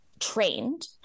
trained